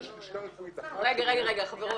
יש לשכה רפואית אחת --- רגע חברות,